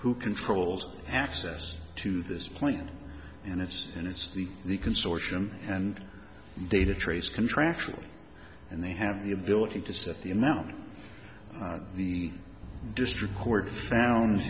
who controls access to this plant and it's and it's the the consortium and data trace contractual and they have the ability to set the amount the district court found